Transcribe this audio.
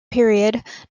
period